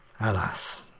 Alas